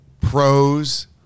pros